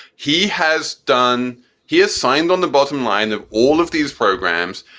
he has done he has signed on the bottom line of all of these programs.